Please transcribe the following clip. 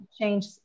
change